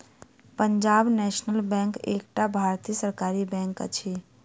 Punjab national bank एकटा भारतीय सरकारी बैंक अछि